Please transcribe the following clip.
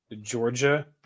Georgia